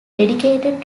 dedicated